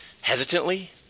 hesitantly